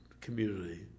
community